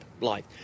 life